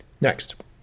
next